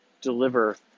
deliver